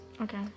Okay